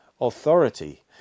authority